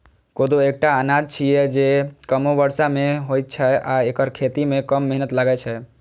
कोदो एकटा अनाज छियै, जे कमो बर्षा मे होइ छै आ एकर खेती मे कम मेहनत लागै छै